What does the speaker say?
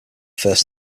first